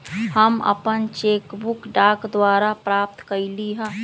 हम अपन cheque book डाक द्वारा प्राप्त कईली ह